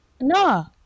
No